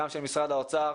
גם של משרד האוצר.